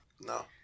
No